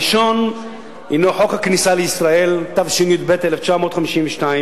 הראשון הינו חוק הכניסה לישראל, התשי"ב 1952,